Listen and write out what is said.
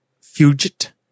Fugit